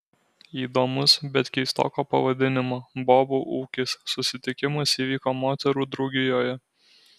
įdomus bet keistoko pavadinimo bobų ūkis susitikimas įvyko moterų draugijoje